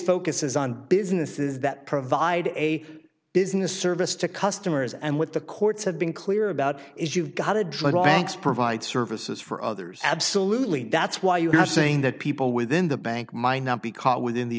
focuses on businesses that provide a business service to customers and what the courts have been clear about is you've got to drop banks provide services for others absolutely that's why you're saying that people within the bank might not be caught within the